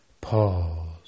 pause